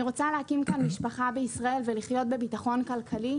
אני רוצה להקים כאן משפחה בישראל ולחיות בביטחון כלכלי,